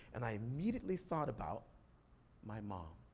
and i immediately thought about my mom.